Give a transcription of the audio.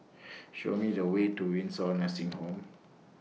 Show Me The Way to Windsor Nursing Home